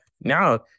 now